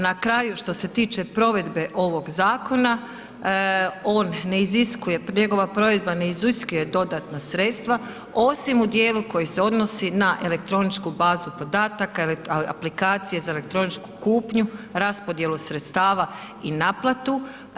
Na kraju što se tiče provedbe ovog zakona on ne iziskuje, njegova provedba ne iziskuje dodatna sredstva osim u dijelu koji se odnosi na elektroničku bazu podataka, aplikacije za elektroničku kupnju, raspodjelu sredstava i naplatu.